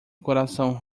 coração